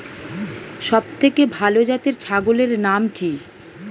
সবথেকে ভালো জাতের ছাগলের নাম কি?